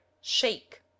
shake